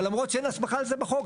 למרות שאין הסמכה לזה בחוק,